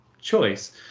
choice